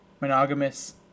Monogamous